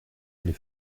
les